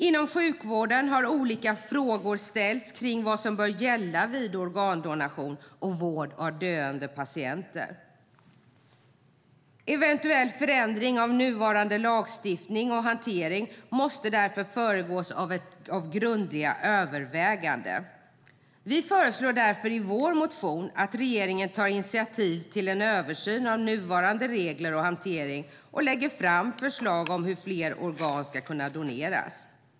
Inom sjukvården har olika frågor ställts om vad som bör gälla vid organdonation och vård av döende patienter. Eventuell förändring av nuvarande lagstiftning och hantering måste föregås av grundliga överväganden. Vi föreslår därför i vår motion att regeringen tar initiativ till en översyn av nuvarande regler och hantering och lägger fram förslag om hur fler organ ska kunna doneras.